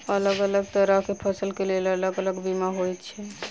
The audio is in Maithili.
अलग अलग तरह केँ फसल केँ लेल अलग अलग बीमा होइ छै?